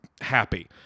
happy